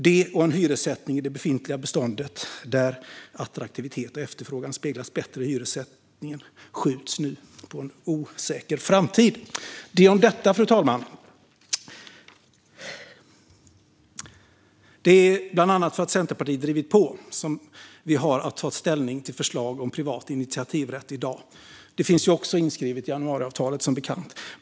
Det och en hyressättning i det befintliga beståndet där attraktivitet och efterfrågan speglas bättre skjuts nu på en osäker framtid. Det om detta, fru talman! Det är bland annat för att Centerpartiet drivit på som vi har att ta ställning till förslag om privat initiativrätt i dag. Det finns också inskrivet i januariavtalet, som bekant.